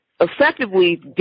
effectively